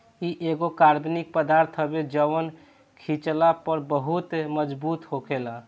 इ एगो कार्बनिक पदार्थ हवे जवन खिचला पर बहुत मजबूत होखेला